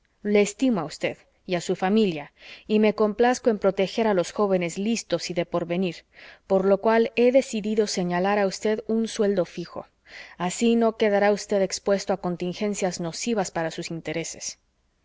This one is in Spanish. le estimo a usted y a su familia y me complazco en proteger a los jóvenes listos y de porvenir por lo cual he decidido señalar a usted un sueldo fijo así no quedará usted expuesto a contingencias nocivas para sus intereses